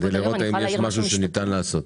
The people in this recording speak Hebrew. נראה אם יש משהו שניתן לעשות.